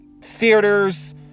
theaters